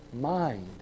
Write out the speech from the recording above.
mind